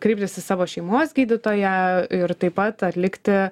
kreiptis į savo šeimos gydytoją ir taip pat atlikti